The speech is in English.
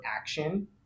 action